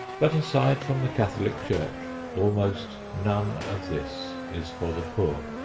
but aside from the catholic church almost none of this is for the poor.